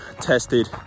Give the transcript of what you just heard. tested